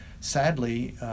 sadly